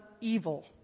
evil